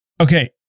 Okay